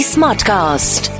Smartcast